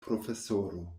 profesoro